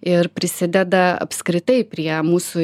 ir prisideda apskritai prie mūsų